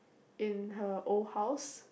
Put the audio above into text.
in her old house